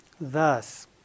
Thus